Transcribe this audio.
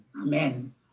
Amen